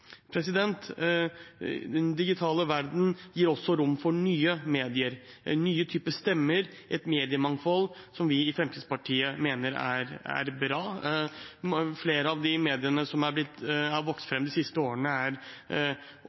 Den digitale verden gir også rom for nye medier, nye typer stemmer, et mediemangfold som vi i Fremskrittspartiet mener er bra. Flere av de mediene som har vokst fram de siste årene, er